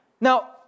Now